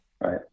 Right